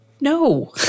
no